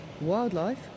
wildlife